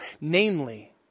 Namely